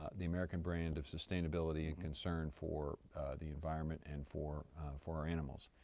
ah the american brand of sustainability and concern for the environment and for for our animals.